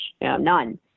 none